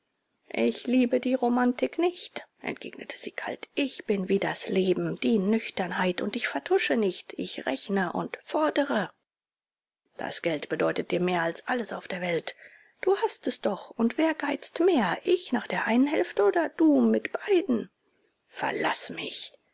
ich liebe die romantik nicht entgegnete sie kalt ich bin wie das leben die nüchternheit und ich vertusche nicht ich rechne und fordere das geld bedeutet dir mehr als alles auf der welt du hast es doch und wer geizt mehr ich nach der einen hälfte oder du mit beiden verlaß mich